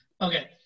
Okay